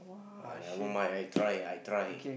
uh never mind I try I try